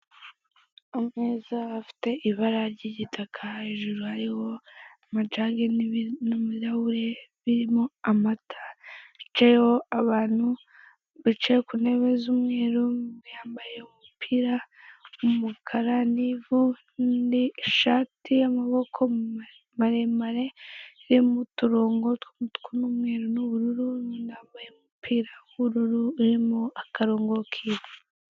Ameza afite ibara ry'igitaka, hejuru hariho amajage n'ibirahure birimo amata. Yicayeho abantu bicaye ku ntebe z'umweru. Umwe yambaye umupira w'umukara n'ishati y'amaboko maremare irimo uturongo tw'umutuku n'umweru n'ubururu, n'undi wambaye umupira w'ubururu urimo akarongo k'ivu.